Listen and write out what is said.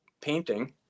painting